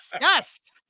yes